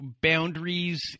boundaries